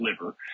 liver